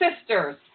sisters